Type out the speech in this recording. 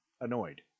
annoyed